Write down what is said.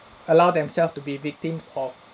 allow themselves to be victims of